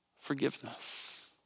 forgiveness